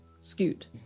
scoot